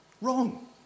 Wrong